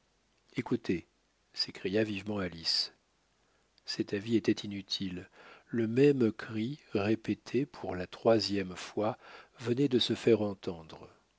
écoutez s'écria vivement alice cet avis était inutile le même cri répété pour la troisième fois venait de se faire entendre